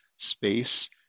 space